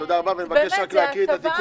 ולכן אני חושב שמיצינו את העניין.